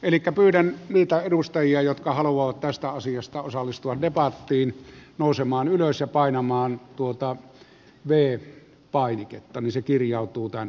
elikkä pyydän niitä edustajia jotka haluavat tästä asiasta osallistua debattiin nousemaan ylös ja painamaan v painiketta niin se kirjautuu tänne